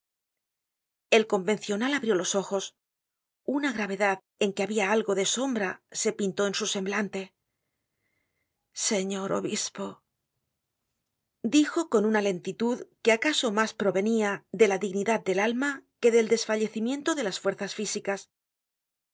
el convencional abrió los ojos una gravedad en que habia algo de sombra se pintó en su semblante señor obispo dijo con una lentitud que acaso mas provenia de la dignidad del alma que del desfallecimiento de las fuerzas físicas he